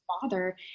father